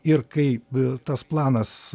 ir kaib tas planas